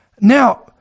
Now